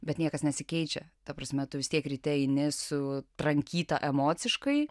bet niekas nesikeičia ta prasme tu vis tiek ryte eini su trankyta emociškai